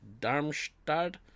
Darmstadt